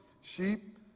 Sheep